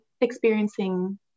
experiencing